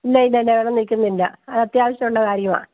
ഇല്ലയില്ല ഇല്ല വെള്ളം നിൽക്കുന്നില്ല അത് അത്യാവശ്യം ഉള്ള കാര്യമാ